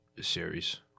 series